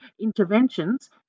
interventions